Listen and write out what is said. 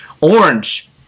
Orange